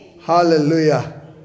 Hallelujah